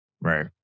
Right